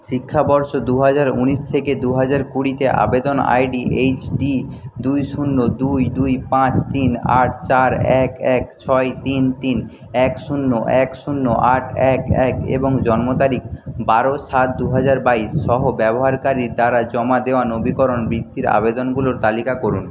শিক্ষাবর্ষ দু হাজার উনিশ থেকে দু হাজার কুড়িতে আবেদন আই ডি এইচ ডি দুই শূন্য দুই দুই পাঁচ তিন আট চার এক এক ছয় তিন তিন এক শূন্য এক শূন্য আট এক এক এবং জন্ম তারিখ বারো সাত দু হাজার বাইশসহ ব্যবহারকারীর দ্বারা জমা দেওয়া নবীকরণ বৃত্তির আবেদনগুলোর তালিকা করুন